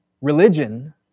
religion